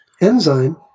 Enzyme